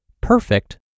perfect